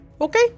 okay